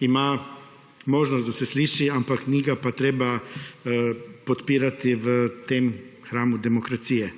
ima možnost, da se sliši, ampak ni ga pa treba podpirati v tem hramu demokracije.